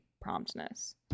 promptness